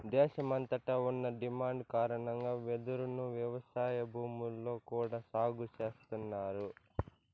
దేశమంతట ఉన్న డిమాండ్ కారణంగా వెదురును వ్యవసాయ భూముల్లో కూడా సాగు చేస్తన్నారు